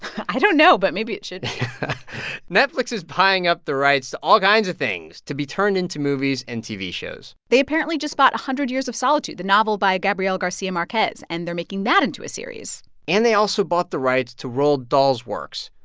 i don't know, but maybe it should be netflix is buying up the rights to all kinds of things to be turned into movies and tv shows they apparently just bought a hundred years of solitude, the novel by gabriel garcia marquez, and they're making that into a series and they also bought the rights to roald dahl's works,